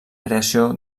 creació